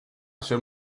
shall